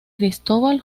cristóbal